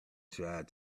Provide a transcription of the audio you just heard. tried